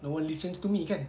no one listens to me kan